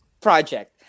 project